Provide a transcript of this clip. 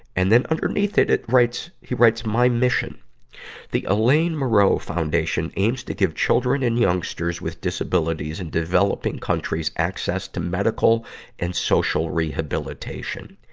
and then underneath it, writes, he writes, my mission the alain moreau foundation aims to give children and youngsters with disabilities in developing countries access to medical and social rehabilitation.